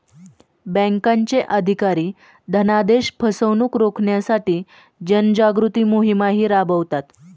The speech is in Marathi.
बँकांचे अधिकारी धनादेश फसवणुक रोखण्यासाठी जनजागृती मोहिमाही राबवतात